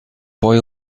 boy